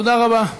תודה רבה.